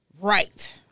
Right